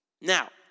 Now